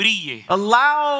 Allow